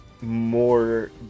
more